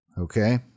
Okay